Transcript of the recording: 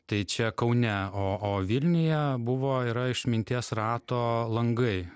tai čia kaune o o vilniuje buvo yra išminties rato langai